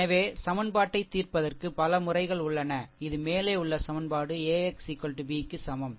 எனவே சமன்பாட்டைத் தீர்ப்பதற்கு பல முறைகள் உள்ளன இது மேலே உள்ள சமன்பாடு AX B க்கு சமம்